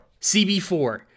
CB4